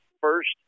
first